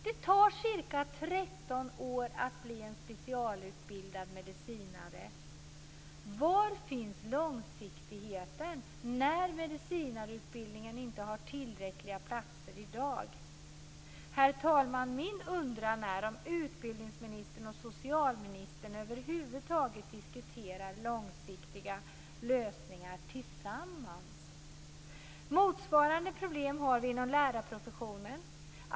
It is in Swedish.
Det tar ca 13 år att bli specialutbildad medicinare, var finns långsiktigheten när medicinarutbildningen inte har ett tillräckligt antal platser? Herr talman! Min undran är om utbildningsministern och socialministern över huvud taget diskuterar långsiktiga lösningar tillsammans. Motsvarande problem har vi inom lärarprofessionen.